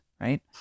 Right